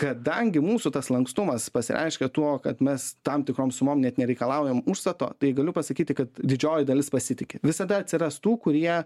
kadangi mūsų tas lankstumas pasireiškia tuo kad mes tam tikrom sumom net nereikalaujam užstato tai galiu pasakyti kad didžioji dalis pasitiki visada atsiras tų kurie